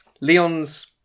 Leon's